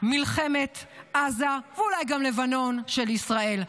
מלחמת עזה ואולי גם לבנון, של ישראל.